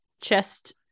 chest